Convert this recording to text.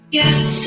yes